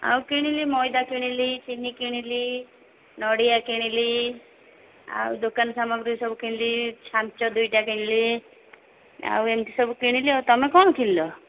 ଆଉ କିଣିଲି ମଇଦା କିଣିଲି ଚିନି କିଣିଲି ନଡ଼ିଆ କିଣିଲି ଆଉ ଦୋକାନ ସାମଗ୍ରୀ ସବୁ କିଣିଲି ଛାଞ୍ଚ ଦୁଇଟା କିଣିଲି ଆଉ ଏମତି ସବୁ କିଣିଲି ଆଉ ତୁମେ କ'ଣ କିଣିଲ